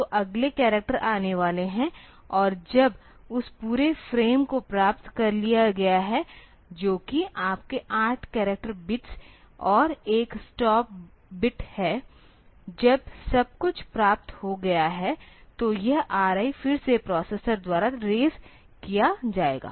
तो अगले करैक्टर आने वाले हैं और जब उस पूरे फ्रेम को प्राप्त कर लिया गया है जो कि आपके 8 कैरेक्टर बिट्स और 1 स्टॉप बिट है जब सब कुछ प्राप्त हो गया है तो यह RI फिर से प्रोसेसर द्वारा रेज किया जायेगा